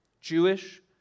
Jewish